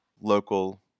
local